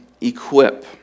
equip